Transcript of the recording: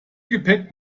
gepäck